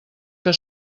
que